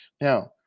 Now